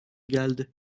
geldi